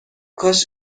کاش